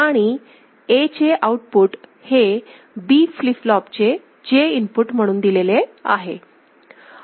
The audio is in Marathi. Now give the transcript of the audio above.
आणि A चे आउटपुट हे B फ्लिप फ्लॉप चे J इनपुट म्हणून दिलेले आहे